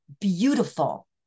beautiful